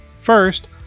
First